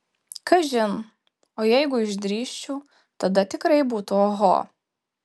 kažin o jeigu išdrįsčiau tada tikrai būtų oho